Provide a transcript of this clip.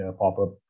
pop-up